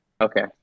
Okay